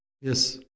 Yes